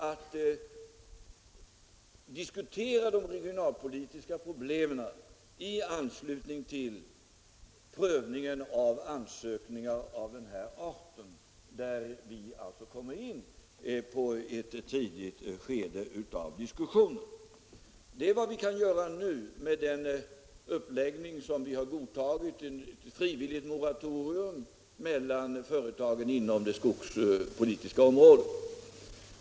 Vi får diskutera de regionala problemen i anslutning till prövningen av ansökningar av den här arten, där vi kommer in på ett tidigt skede i diskussionen. Det är vad vi kan göra nu med den uppläggning som vi har godtagit: ett frivilligt moratorium mellan företagen inom det skogspolitiska området.